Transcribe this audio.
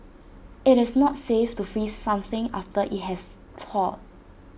IT is not safe to freeze something after IT has thawed